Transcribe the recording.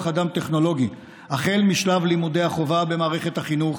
אדם טכנולוגי החל משלב לימודי החובה במערכת החינוך,